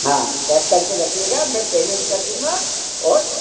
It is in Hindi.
हाँ पैक कर के रखिएगा मैं पेमेंट कर दूँगा और